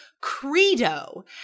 credo